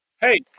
hey